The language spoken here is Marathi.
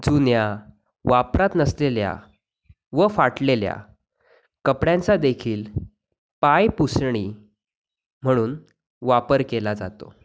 जुन्या वापरात नसलेल्या व फाटलेल्या कपड्यांचा देखील पायपुसणी म्हणून वापर केला जातो